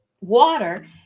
water